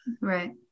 right